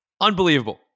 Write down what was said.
Unbelievable